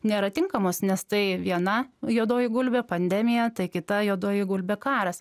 nėra tinkamos nes tai viena juodoji gulbė pandemija tai kita juodoji gulbė karas